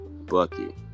bucket